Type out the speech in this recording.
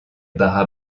barra